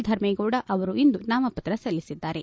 ಧರ್ಮೇಗೌಡ ಅವರಿಂದು ನಾಮಪತ್ರ ಸಲ್ಲಿಸಿದ್ದಾರೆ